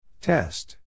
Test